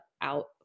out